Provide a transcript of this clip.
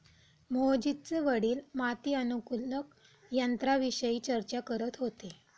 मोहजितचे वडील माती अनुकूलक यंत्राविषयी चर्चा करत होते